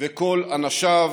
וכל אנשיו,